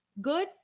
good